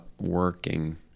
working